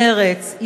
מרצ,